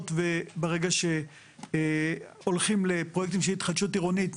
וברגע שהולכים לפרויקטים של התחדשות עירונית,